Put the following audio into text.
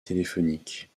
téléphonique